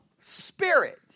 spirit